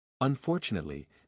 Unfortunately